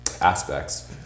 aspects